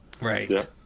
Right